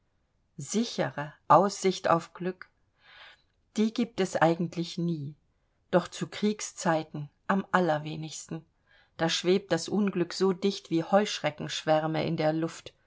sichere aussicht auf glück die gibt es eigentlich nie doch zu kriegszeiten am allerwenigsten da schwebt das unglück so dicht wie heuschreckenschwärme in der luft